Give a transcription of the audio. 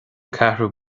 ceathrú